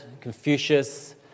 Confucius